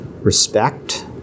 Respect